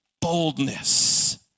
boldness